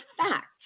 facts